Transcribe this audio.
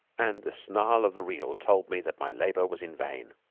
and the snarl of the reel told me that my labor was in vain.